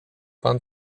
pan